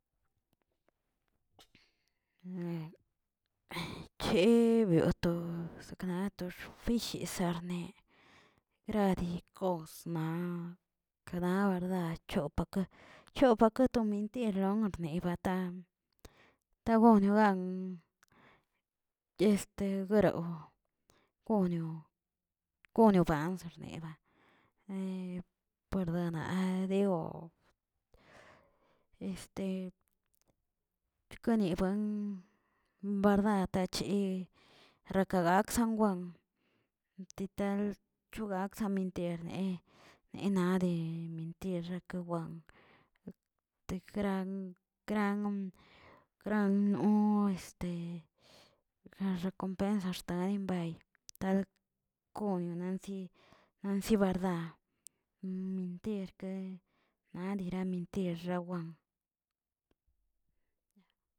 ke bioto sekna to rfishi sarnee, gradi kosma karnamaa chopake- chopake to mentiron rmeibatar, ta wone gan este degurow, gono- gono banz xneba, por donaeo este chkanibuen barda ta che rakagakzan wen, tital chugakzan mentirne nenade mentir rekawan, de gran- gran- gran no este gran xekompensa xtani mbay, tal konio nanziꞌ nanziꞌ bardaa, mentirke nadarían mentri rawan.